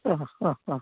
ആഹാഹാ